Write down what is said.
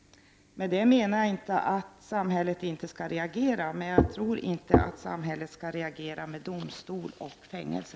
Med detta menar jag inte att samhället inte skall reagera, men jag tror inte att samhället skall reagera med domstol och fängelse.